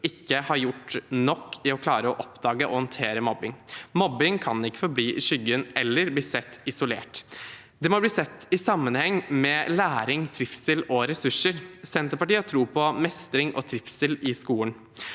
ikke har gjort nok for å klare å oppdage og å håndtere mobbing. Mobbing kan ikke forbli i skyggen eller bli sett isolert, det må bli sett i sammenheng med læring, trivsel og ressurser. Senterpartiet har tro på mestring og trivsel i skolen